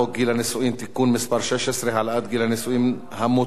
הנישואים (תיקון מס' 16) (העלאת גיל הנישואים המותר),